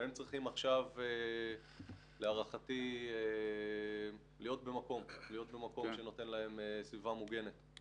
והם צריכים עכשיו להערכתי להיות במקום שנותן להם סביבה מוגנת.